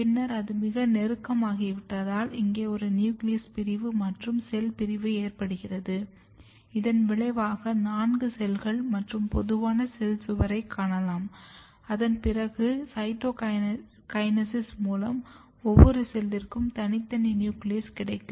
பின்னர் அது மிக நெருக்கமாகிவிட்டால் இங்கே ஒரு நியூக்ளியஸ் பிரிவு மற்றும் செல் பிரிவு ஏற்படுகிறது இதன் விளைவாக நான்கு செல்கள் மற்றும் பொதுவான செல் சுவரைக் காணலாம் அதன் பிறகு சைட்டோகினேசிஸ் மூலம் ஒவ்வொரு செல்லிற்கும் தனித்தனி நியூக்ளியஸ் கிடைக்கும்